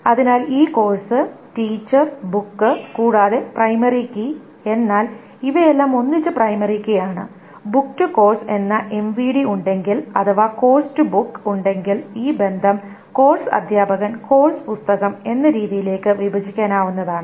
അതിനാൽ ഈ course teacher book കൂടാതെ പ്രൈമറി കീ എന്നാൽ ഇവയെല്ലാം ഒന്നിച്ച് പ്രൈമറി കീ ആണ് ബുക്ക് റ്റു കോഴ്സ് എന്ന എംവിഡി അവിടെ ഉണ്ടെങ്കിൽ അഥവാ കോഴ്സ് ബുക്ക് ഉണ്ടെങ്കിൽ ഈ ബന്ധം കോഴ്സ് അധ്യാപകൻ Course Teacher കോഴ്സ് പുസ്തകം Course Book എന്ന രീതിയിലേക്ക് വിഭജിക്കാനാവുന്നതാണ്